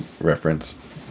reference